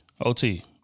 OT